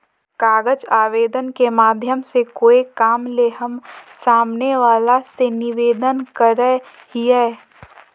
कागज आवेदन के माध्यम से कोय काम ले हम सामने वला से निवेदन करय हियय